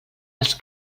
els